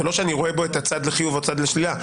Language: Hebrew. זה לא שאני רואה צד לחיוב או צד לשלילה.